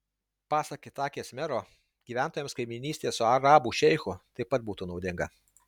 pasak itakės mero gyventojams kaimynystė su arabų šeichu taip pat būtų naudinga